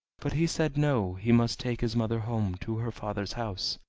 but he said no, he must take his mother home to her father's house.